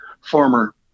former